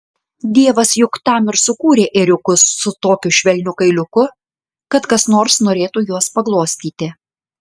dievas juk tam ir sukūrė ėriukus su tokiu švelniu kailiuku kad kas nors norėtų juos paglostyti